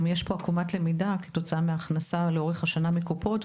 גם יש פה עקומת למידה כתוצאה מהכנסה לאורך השנה מהקופות,